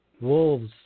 Wolves